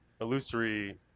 illusory